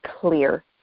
clear